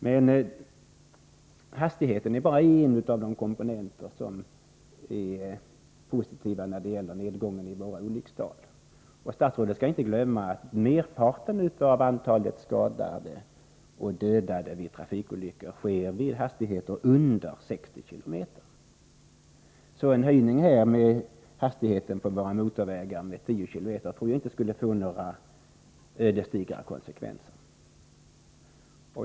Men hastigheten är bara en av de komponenter som är positiva när det gäller nedgången av våra olyckstal. Statsrådet skall inte glömma att merparten av trafikolyckor med skadade eller dödade sker vid hastigheter under 60 km/tim. Så en höjning av hastigheten på våra motorvägar med 10 kilometer skulle inte få några ödesdigra konsekvenser.